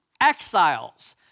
exiles